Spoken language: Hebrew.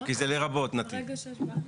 כי זה "לרבות נתיב".